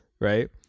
Right